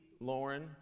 Lauren